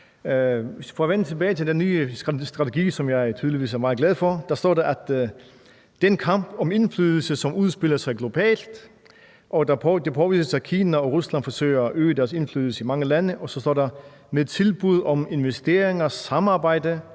For at vende tilbage til den nye strategi, som jeg tydeligvis er meget glad for, står der noget om »den kamp om indflydelse, som udspiller sig globalt«, og det påvises, at Kina og Rusland forsøger at øge deres indflydelse i mange lande, og så står der: »... med tilbud om investeringer, samarbejde